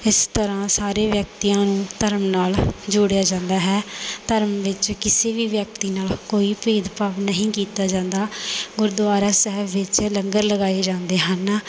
ਇਸ ਤਰ੍ਹਾਂ ਸਾਰੇ ਵਿਅਕਤੀਆਂ ਨੂੰ ਧਰਮ ਨਾਲ ਜੋੜਿਆ ਜਾਂਦਾ ਹੈ ਧਰਮ ਵਿੱਚ ਕਿਸੇ ਵੀ ਵਿਅਕਤੀ ਨਾਲ ਕੋਈ ਭੇਦਭਾਵ ਨਹੀਂ ਕੀਤਾ ਜਾਂਦਾ ਗੁਰਦੁਆਰਾ ਸਾਹਿਬ ਵਿੱਚ ਲੰਗਰ ਲਗਾਏ ਜਾਂਦੇ ਹਨ